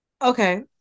Okay